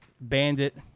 Bandit